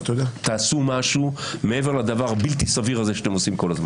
תעשו משהו מעבר לדבר הבלתי סביר הזה שאתם עושים כל הזמן.